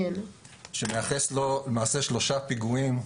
שמייחס לו למעשה שלושה פיגועים.